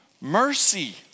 mercy